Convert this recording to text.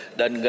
dan